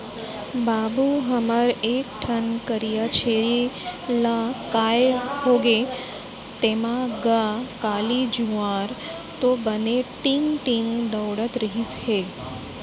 बाबू हमर एक ठन करिया छेरी ला काय होगे तेंमा गा, काली जुवार तो बने टींग टींग दउड़त रिहिस हे